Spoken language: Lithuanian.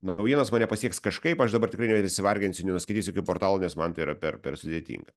naujienos mane pasieks kažkaip aš dabar tikrai nesivarginsiu nebeskaitysiu jokių portalų nes man tai yra per per sudėtinga